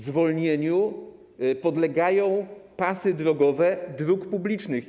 Zwolnieniu podlegają pasy drogowe dróg publicznych.